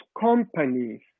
companies